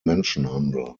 menschenhandel